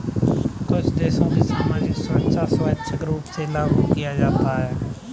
कुछ देशों में सामाजिक सुरक्षा कर स्वैच्छिक रूप से लागू किया जाता है